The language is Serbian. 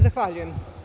Zahvaljujem.